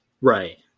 right